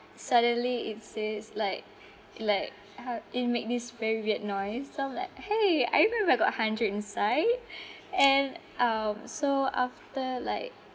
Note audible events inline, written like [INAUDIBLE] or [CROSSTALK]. suddenly it says like like uh it make this very weird noise so I'm like !hey! I remember I got hundred inside [BREATH] and um so after like